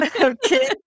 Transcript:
Okay